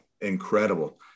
incredible